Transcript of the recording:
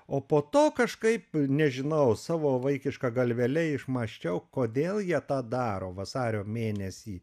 o po to kažkaip nežinau savo vaikiška galvele išmąsčiau kodėl jie tą daro vasario mėnesį